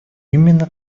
именно